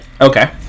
Okay